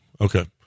Okay